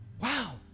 Wow